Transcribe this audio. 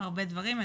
הרבה דברים.